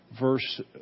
verse